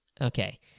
Okay